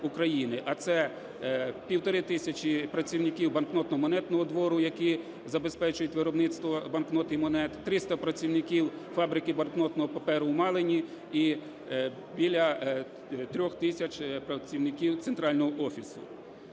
а це 1,5 тисячі працівників Банкнотно-монетного двору, які забезпечують виробництво банкнот і монет, 300 працівників фабрики банкнотного паперу у Малині і біля 3 тисяч працівників центрального офісу.